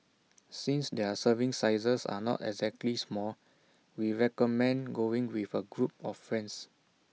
since their serving sizes are not exactly small we recommend going with A group of friends